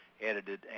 edited